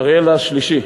אריאל השלישי,